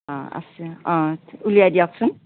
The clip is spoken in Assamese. অ আছে অ ওলিয়াই দিয়কচোন